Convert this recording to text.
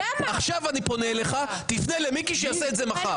עכשיו אני פונה אליך, תפנה למיקי שיעשה את זה מחר.